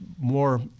more